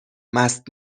مست